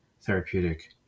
therapeutic